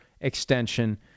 extension